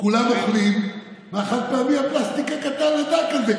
כולם אוכלים מהחד-פעמי, הפלסטיק הקטן, הדק הזה.